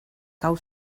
cau